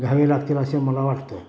घ्यावे लागतील असे मला वाटत आहे